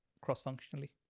cross-functionally